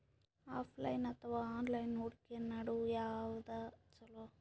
Offline ಅಥವಾ online ಹೂಡಿಕೆ ನಡು ಯವಾದ ಛೊಲೊ?